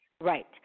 Right